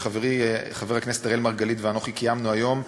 שחברי חבר הכנסת אראל מרגלית ואנוכי קיימנו היום,